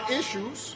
issues